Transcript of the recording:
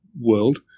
world